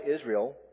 Israel